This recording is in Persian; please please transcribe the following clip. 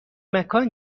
مکان